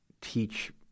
teach